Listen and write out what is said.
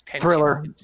Thriller